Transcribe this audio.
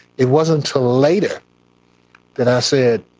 it wasn't till later that i said,